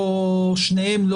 שניהם,